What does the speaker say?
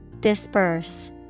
Disperse